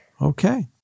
Okay